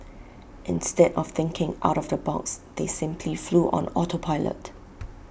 instead of thinking out of the box they simply flew on auto pilot